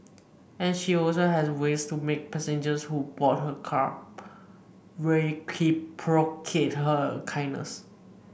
and she also has ways to make passengers who board her cab reciprocate her kindness